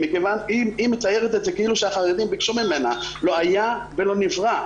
היא מציירת את זה כאילו החרדים ביקשו ממנה אבל לא היה ולא נברא.